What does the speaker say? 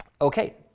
Okay